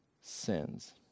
sins